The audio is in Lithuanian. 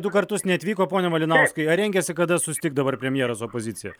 du kartus neatvyko pone malinauskai ar rengiasi kada susitikt dabar premjeras su opozicija